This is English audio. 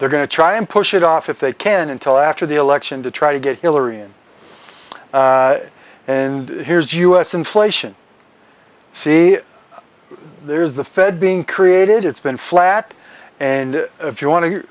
they're going to try and push it off if they can until after the election to try to get hillary in and here's us inflation see there's the fed being created it's been flat and if you want to